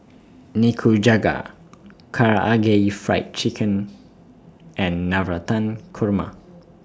Nikujaga Karaage Fried Chicken and Navratan Korma